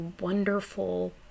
wonderful